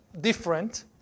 different